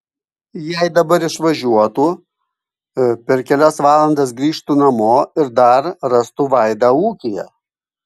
jei dabar išvažiuotų per kelias valandas grįžtų namo ir dar rastų vaidą ūkyje